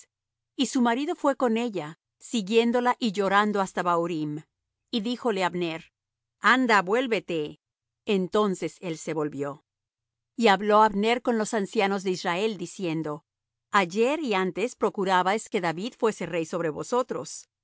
y su marido fué con ella siguiéndola y llorando hasta bahurim y díjole abner anda vuélvete entonces él se volvió y habló abner con los ancianos de israel diciendo ayer y antes procurabais que david fuese rey sobre vosotros